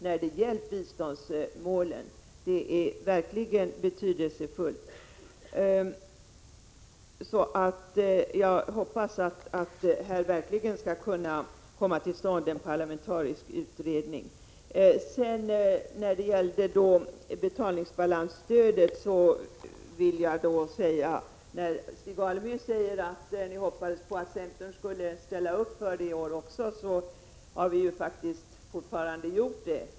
Jag hoppas alltså verkligen att en parlamentarisk utredning skall kunna komma till stånd. Beträffande betalningsbalansstödet sade Stig Alemyr att han hade hoppats att centern skulle ställa sig bakom detta även i år. Det har vi faktiskt gjort.